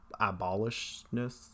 abolishness